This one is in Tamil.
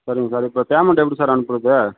சரிங்க சார் இப்போ பேமெண்ட் எப்படி சார் அனுப்புவது